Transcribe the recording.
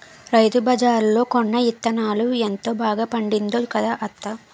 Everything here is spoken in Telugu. రైతుబజార్లో కొన్న యిత్తనాలతో ఎంత బాగా పండిందో కదా అత్తా?